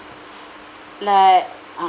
like uh